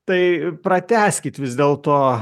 tai pratęskit vis dėlto